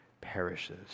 perishes